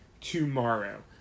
tomorrow